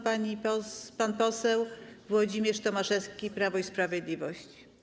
Pan poseł Włodzimierz Tomaszewski, Prawo i Sprawiedliwość.